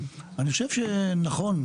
אני חושב שנכון,